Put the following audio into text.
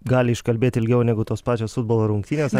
gali iškalbėt ilgiau negu tos pačios futbolo rungtynės